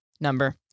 number